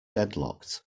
deadlocked